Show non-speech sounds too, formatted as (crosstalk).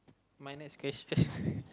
my next question (laughs)